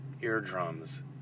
eardrums